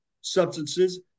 substances